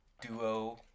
duo